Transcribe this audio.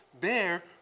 bear